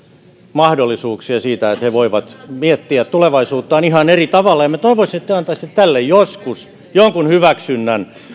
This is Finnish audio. mahdollisuuksia että he voivat miettiä tulevaisuuttaan ihan eri tavalla minä toivoisin että te antaisitte tälle joskus jonkun hyväksynnän